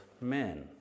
men